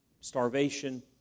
starvation